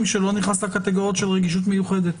שלא נכנס לקטגוריות של רגישות מיוחדת,